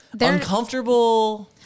uncomfortable